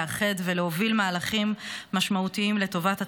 לאחד ולהוביל מהלכים משמעותיים לטובת הציבור,